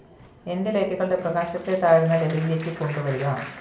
എന്റെ ലൈറ്റുകളുടെ പ്രകാശത്തെ താഴ്ന്ന ലെവെൽലേക്ക് കൊണ്ട് വരിക